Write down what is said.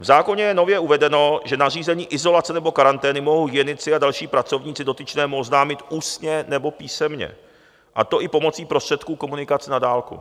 V zákoně je nově uvedeno, že nařízení izolace nebo karantény mohou hygienici a další pracovníci dotyčnému oznámit ústně nebo písemně, a to i pomocí prostředků komunikace na dálku.